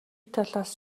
талаас